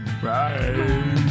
Right